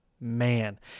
Man